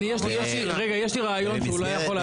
יש לי רעיון שאולי יכול להצליח.